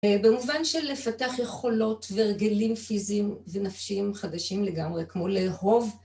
במובן של לפתח יכולות והרגלים פיזיים ונפשיים חדשים לגמרי, כמו לאהוב.